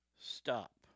stop